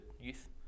youth